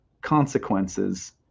consequences